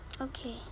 Okay